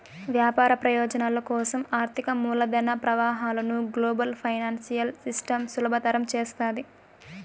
వ్యాపార ప్రయోజనాల కోసం ఆర్థిక మూలధన ప్రవాహాలను గ్లోబల్ ఫైనాన్సియల్ సిస్టమ్ సులభతరం చేస్తాది